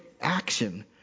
action